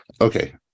Okay